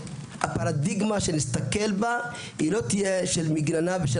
שהפרדיגמה שנסתכל בה לא תהיה של מגננה ושל